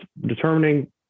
determining